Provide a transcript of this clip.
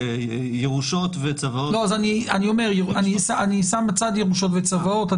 ירושות וצוואות --- אני שם בצד ירושות וצוואות.